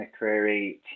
McCreary